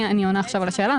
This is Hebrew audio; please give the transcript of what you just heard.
אני עונה עכשיו על השאלה,